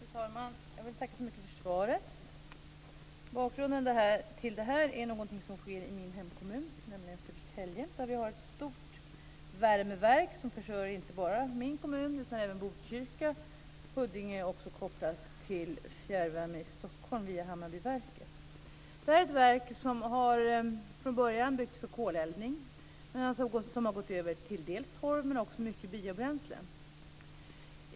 Fru talman! Jag vill tacka så mycket för svaret. Bakgrunden till detta är något som sker i min hemkommun, nämligen Södertälje, där vi har ett stort värmeverk som försörjer inte bara min kommun utan även Botkyrka och Huddinge och som är kopplat till fjärrvärme i Stockholm via Hammarbyverket. Detta är ett verk som från början byggts för koleldning men som har gått över till torv men också mycket biobränslen.